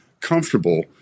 comfortable